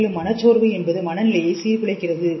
மேலும் மனச்சோர்வு என்பது மனநிலையை சீர்குலைக்கிறது